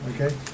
Okay